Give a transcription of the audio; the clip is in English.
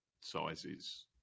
sizes